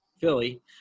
philly